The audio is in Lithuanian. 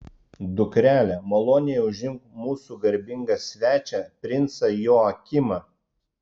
dukrele maloniai užimk mūsų garbingą svečią princą joakimą